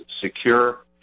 secure